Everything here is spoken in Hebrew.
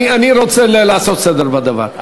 אני רוצה לעשות סדר בדבר.